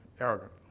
arrogant